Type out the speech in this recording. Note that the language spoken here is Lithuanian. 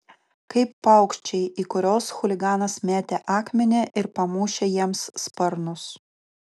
kaip paukščiai į kuriuos chuliganas metė akmenį ir pamušė jiems sparnus